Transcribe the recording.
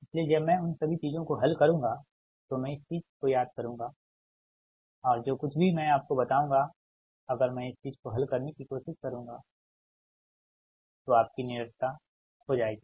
इसलिए जब मैं उन सभी चीजों को हल करुंगातो मैं इस चीज को याद करुंगा और जो कुछ भी मैं आपको बताऊंगा अगर मैं इस चीज को हल करने की कोशिश करुंगा तो आपकी निरंतरता खो जाएगी